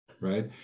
Right